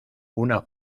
una